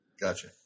Gotcha